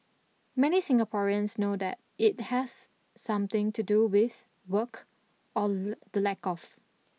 many Singaporeans know that it has something to do with work or the lack of